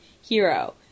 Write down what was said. hero